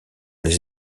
les